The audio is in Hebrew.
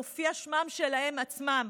מופיע שמם שלהם עצמם.